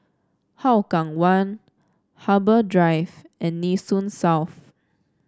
Hougang One Harbour Drive and Nee Soon South